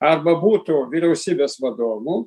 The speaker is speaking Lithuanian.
arba būtų vyriausybės vadovu